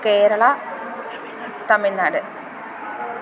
Kerala Tamil Nadu